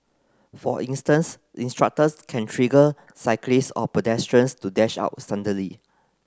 for instance instructors can trigger cyclist or pedestrians to dash out suddenly